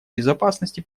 безопасности